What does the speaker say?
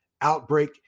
outbreak